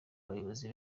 abayobozi